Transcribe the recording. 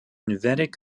vedic